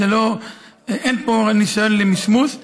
אז אין פה ניסיון למסמוס.